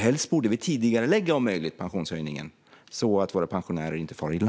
Helst borde vi tidigarelägga pensionshöjningen om möjligt, så att våra pensionärer inte far illa.